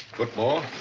football?